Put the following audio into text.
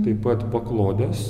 taip pat paklodes